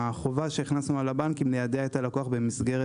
החובה שהכנסנו על הבנקים ליידע את הלקוח במסגרת